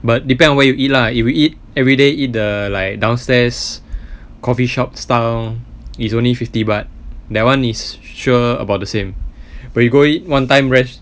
but depend where you eat lah if we eat everyday eat the like downstairs coffee shops down is only fifty but that [one] is sure about the same but you go eat one time resta~